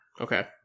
Okay